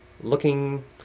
looking